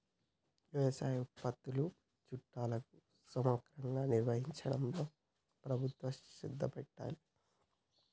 వ్యవసాయ ఉత్పత్తుల చట్టాలు సమగ్రంగా నిర్వహించడంలో ప్రభుత్వం శ్రద్ధ పెట్టాలె